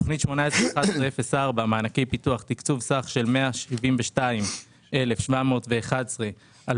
תוכנית 181104: מענקי פיתוח תקצוב סך של 172,711 אלפי